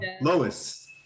Lois